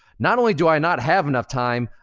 not only do i not have enough time,